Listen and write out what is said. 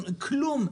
כלום.